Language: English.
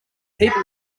people